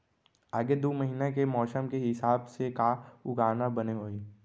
आगे दू महीना के मौसम के हिसाब से का उगाना बने होही?